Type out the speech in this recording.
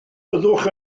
byddwch